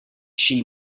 she